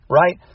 right